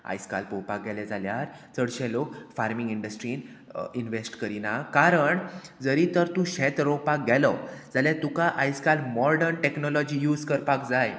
आयज काल पोवपाक गेले जाल्यार चडशे लोक फार्मींग इंडस्ट्रीन इनवेस्ट करिना कारण जरी तर तूं शेत रोवपाक गेलो जाल्यार तुका आयज काल मॉर्डन टॅक्नोलोजी यूज करपाक जाय